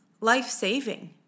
life-saving